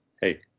hey